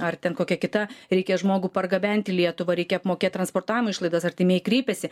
ar ten kokia kita reikia žmogų pargabent į lietuvą reikia apmokėt transportavimo išlaidas artimieji kreipiasi